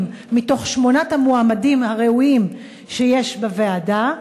משמונת המועמדים הראויים שיש בוועדה,